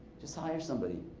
just hire somebody.